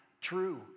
true